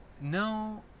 no